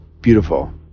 beautiful